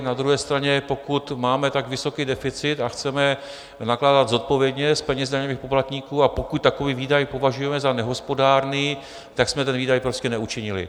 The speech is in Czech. Na druhé straně, pokud máme tak vysoký deficit a chceme nakládat zodpovědně s penězi daňových poplatníků a pokud takový výdaj považujeme za nehospodárný, tak jsme ten výdaj prostě neučinili.